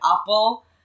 Apple